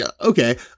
Okay